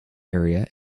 area